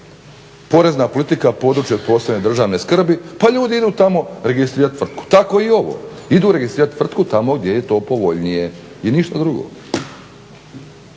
Porezna politika područje od posebne državne skrbi, pa ljudi idu tamo registrirati tvrtku, tako i ovo. Idu registrirati tvrtku tamo gdje je to povoljnije i ništa drugo.